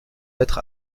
être